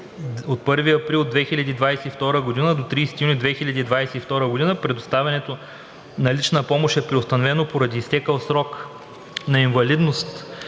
от 1 април 2022 г. до 30 юни 2022 г. предоставянето на лична помощ е преустановено поради изтекъл срок на инвалидност